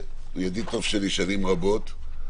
הוא ידיד טוב שלי שנים רבות,